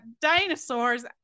dinosaurs